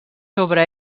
sobre